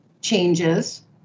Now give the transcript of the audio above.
changes